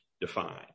defined